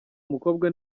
mukobwa